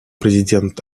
президент